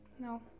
No